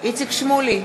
איציק שמולי,